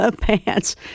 pants